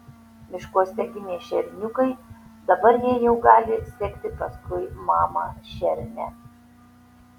miškuose gimė šerniukai dabar jie jau gali sekti paskui mamą šernę